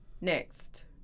Next